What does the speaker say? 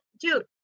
dude